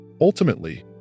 Ultimately